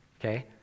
okay